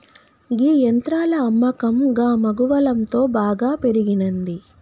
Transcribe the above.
గీ యంత్రాల అమ్మకం గమగువలంతో బాగా పెరిగినంది